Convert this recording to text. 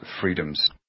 freedoms